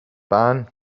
barn